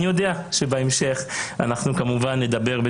אני יודע שבהמשך אנחנו כמובן נדבר על